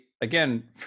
again